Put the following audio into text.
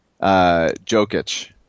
jokic